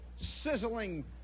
sizzling